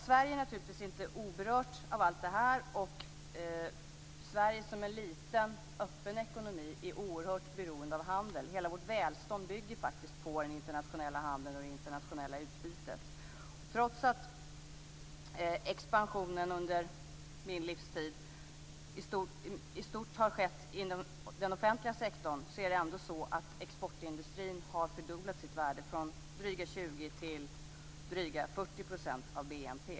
Sverige är naturligtvis inte oberört av allt det här. Sverige, som är en liten och öppen ekonomi, är oerhört beroende av handeln. Hela vårt välstånd bygger faktiskt på den internationella handeln och på det internationella utbytet. Trots att expansionen under min livstid i stort har skett inom den offentliga sektorn har exportindustrin fördubblat sitt värde från dryga 20 % till dryga 40 % av BNP.